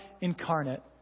incarnate